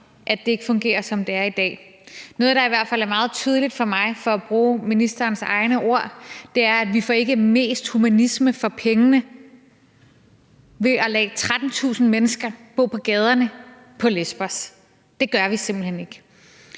at det ikke fungerer, som det er i dag. Noget, der i hvert fald er meget tydeligt for mig, for at bruge ministerens egne ord, er, at vi ikke får mest humanisme for pengene ved at lade 13.000 mennesker bo på gaderne på Lesbos. Det gør vi simpelt hen ikke.